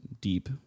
deep